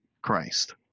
Christ